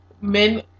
Men